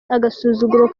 agasuzuguro